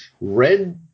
red